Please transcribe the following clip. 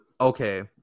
okay